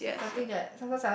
yes yes yes